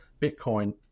Bitcoin